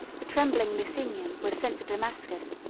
the trembling lusignan was sent to damascus,